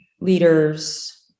leaders